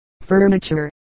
Furniture